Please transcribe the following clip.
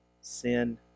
sin